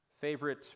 favorite